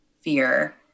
fear